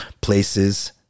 places